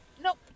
Nope